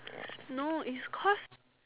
no it's cause